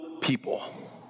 people